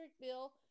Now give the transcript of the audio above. bill